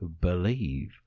believe